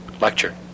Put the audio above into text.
lecture